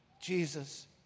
Jesus